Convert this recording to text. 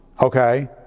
okay